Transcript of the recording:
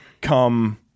come